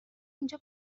اینجا